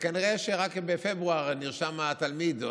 כנראה שרק בפברואר נרשם התלמיד או